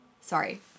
Sorry